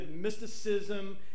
mysticism